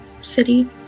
city